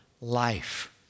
life